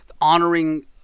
honoring